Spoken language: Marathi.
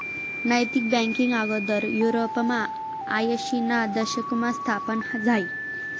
नैतिक बँकींग आगोदर युरोपमा आयशीना दशकमा स्थापन झायं